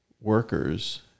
workers